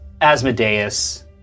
Asmodeus